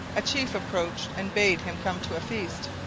a chief approached and bade him come to a feast.